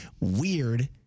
weird